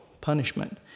punishment